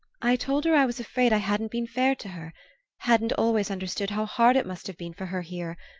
i told her i was afraid i hadn't been fair to her hadn't always understood how hard it must have been for her here,